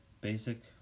Basic